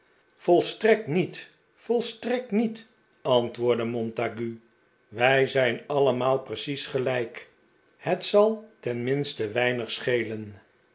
volstrekt niet volstrekt niet antwoordde montague wij zijn allemaal precies gelijk het zal tenminste weinig schelen